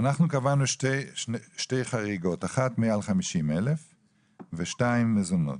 קבענו שתי חריגות אחת מעל 50,000 ושתיים מזונות.